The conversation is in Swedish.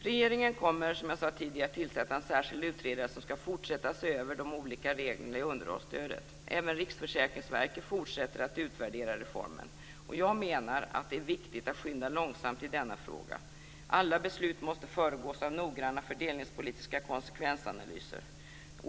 Regeringen kommer, som jag sade tidigare, att tillsätta en särskild utredare som skall fortsätta att se över de olika reglerna när det gäller underhållsstödet. Även Riksförsäkringsverket fortsätter att utvärdera reformen. Jag menar att det är viktigt att skynda långsamt i denna fråga. Alla beslut måste föregås av noggranna fördelningspolitiska konsekvensanalyser.